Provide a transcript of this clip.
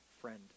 friend